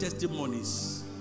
Testimonies